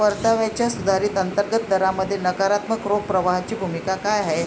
परताव्याच्या सुधारित अंतर्गत दरामध्ये नकारात्मक रोख प्रवाहाची भूमिका काय आहे?